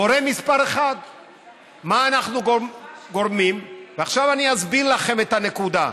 גורם מס' 1. ועכשיו אסביר לכם את הנקודה.